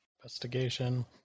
Investigation